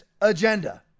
agenda